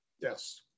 Yes